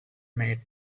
made